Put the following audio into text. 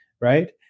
right